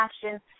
passion